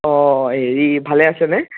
অঁ হেৰি ভালে আছেনে